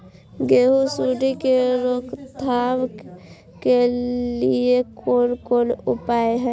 गेहूँ सुंडी के रोकथाम के लिये कोन कोन उपाय हय?